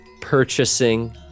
purchasing